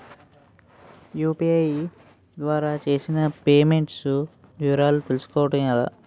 UPI ద్వారా చేసిన payments వివరాలు తెలుసుకోవటం ఎలా?